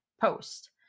post